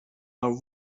are